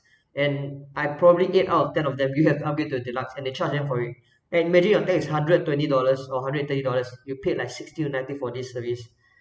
and I probably get out of ten of them you can upgrade to a deluxe and they charge them for it and imagine your tax is hundred twenty dollars or hundred and thirty dollars you paid like sixty or ninety for this service